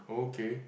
okay